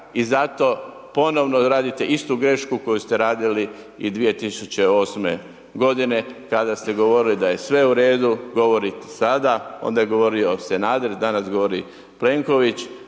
i zato ponovno radite istu grešku koju ste radili i 2008. godine, kada ste govorili da je sve u redu, govorite sada, onda je govorio Sanader, danas govori Plenković,